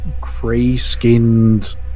gray-skinned